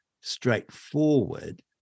straightforward